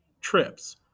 trips